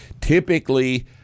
typically